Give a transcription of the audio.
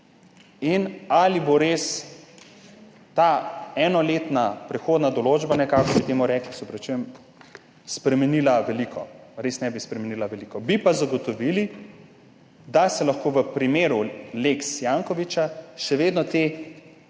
ali bo res ta enoletna prehodna določba, nekako bi temu rekli, spremenila veliko. Res ne bi spremenila veliko, bi pa zagotovili, da se lahko v primeru lex Janković še vedno te